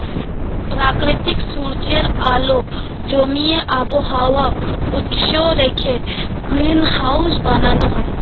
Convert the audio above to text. প্রাকৃতিক সূর্যের আলো জমিয়ে আবহাওয়া উষ্ণ রেখে গ্রিনহাউস বানানো হয়